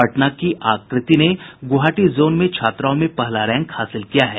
पटना की आकृति ने गुवाहाटी जोन में छात्राओं में पहला रैंक हासिल किया है